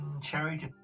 Cherry